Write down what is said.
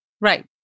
Right